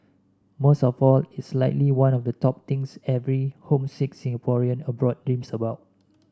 most of all it's likely one of the top things every homesick Singaporean abroad dreams about